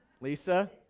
Lisa